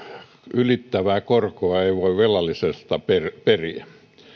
ylittävää korkoa ei voi velalliselta periä